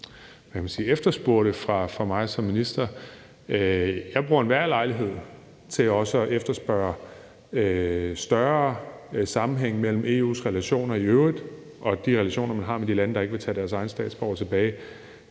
efterspurgte fra mig som minister. Jeg bruger enhver lejlighed til også at efterspørge større sammenhæng mellem EU's relationer i øvrigt og de relationer, man har med de lande, der ikke vil tage deres egne statsborgere tilbage.